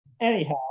anyhow